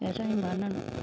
விவசாயம் பண்ணணும்